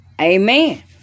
Amen